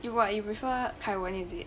you what you prefer kai wen is it